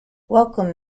welcome